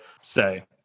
say